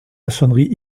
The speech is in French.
maçonnerie